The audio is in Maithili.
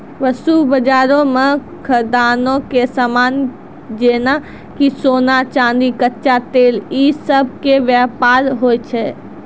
वस्तु बजारो मे खदानो के समान जेना कि सोना, चांदी, कच्चा तेल इ सभ के व्यापार होय छै